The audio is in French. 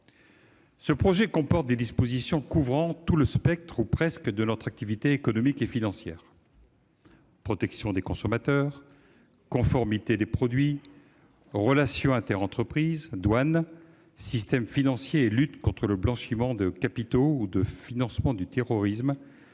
Ce projet comporte des dispositions couvrant tout le spectre ou presque de notre activité économique et financière : protection des consommateurs, conformité des produits, relations interentreprises, douanes, système financier et lutte contre le blanchiment de capitaux ou du financement du terrorisme,